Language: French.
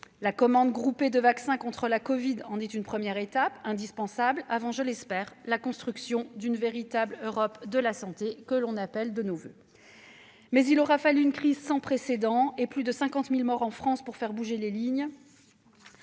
La commande groupée de vaccins contre la covid est une première étape indispensable, avant, je l'espère, la construction d'une véritable Europe de la santé, que nous appelons de nos voeux. Toutefois, il aura fallu une crise sans précédent et plus de 50 000 morts en France pour faire bouger les lignes.